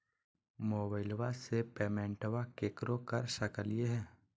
मोबाइलबा से पेमेंटबा केकरो कर सकलिए है?